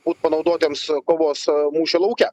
būt panaudotiems kovos mūšio lauke